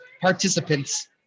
participants